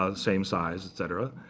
ah same size, et cetera.